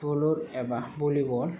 बुलुथ एबा भलिबल